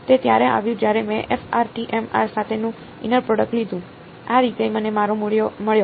તે ત્યારે આવ્યું જ્યારે મેં સાથે નું ઈનર પ્રોડક્ટ લીધું આ રીતે મને મારો મળ્યો